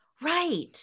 right